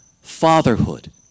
Fatherhood